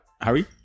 Harry